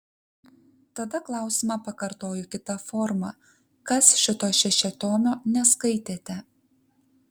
tada klausimą pakartoju kita forma kas šito šešiatomio neskaitėte